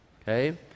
Okay